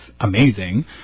amazing